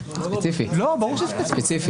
לא, ברור שספציפי.